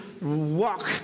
walk